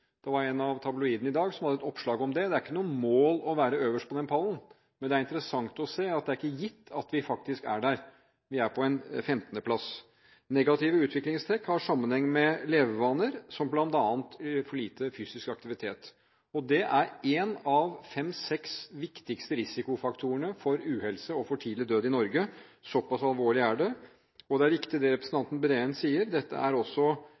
en av tabloidene hadde et oppslag om det i dag. Det er ikke noe mål å være øverst på den pallen, men det er interessant å se at det ikke er gitt at vi er der – vi er på en 15. plass. Negative utviklingstrekk har sammenheng med levevaner som bl.a. for lite fysisk aktivitet. Det er en av de fem–seks viktigste risikofaktorene for uhelse og for tidlig død i Norge – såpass alvorlig er det. Det er riktig det representanten Breen sier: Dette er en viktig kilde til kronisk sykdom og også